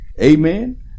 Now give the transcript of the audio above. amen